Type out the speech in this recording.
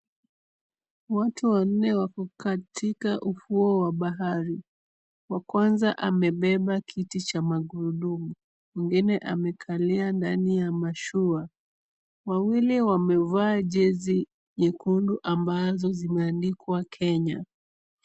Watu wanne wako katika ufuo wa bahari, wa kwanza amebeba kiti cha magurudumu, mwingine amekalia ndani ya mashua, wawili wamevaa jezi nyekundu ambazo zimeandikwa Kenya.